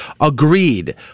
agreed